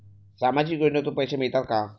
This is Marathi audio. सामाजिक योजनेतून पैसे मिळतात का?